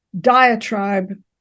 diatribe